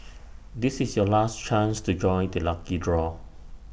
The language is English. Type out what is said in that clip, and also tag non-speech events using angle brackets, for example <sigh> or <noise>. <noise> this is your last chance to join the lucky draw